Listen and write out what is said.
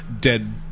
dead